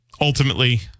ultimately